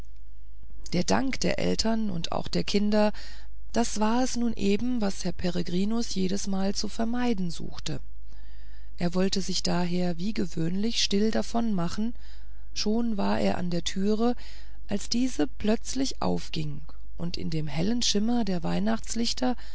der dank der eltern und auch der kinder das war es nun eben was herr peregrinus jedesmal zu vermeiden suchte er wollte sich daher wie gewöhnlich still davonmachen schon war er an der türe als diese plötzlich aufging und in dem hellen schimmer der weihnachtslichter